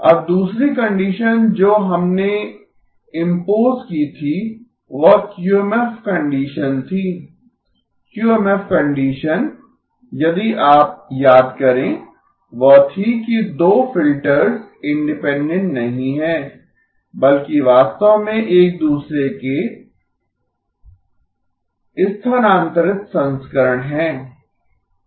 अब दूसरी कंडीशन जो हमने इम्पोस की थी वह क्यूएमएफ कंडीशन थी क्यूएमएफ कंडीशन यदि आप याद करें वह थी कि दो फिल्टर्स इंडिपेंडेंट नहीं हैं बल्कि वास्तव में एक दूसरे के स्थानांतरित संस्करण हैं